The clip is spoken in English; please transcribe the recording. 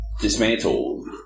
dismantled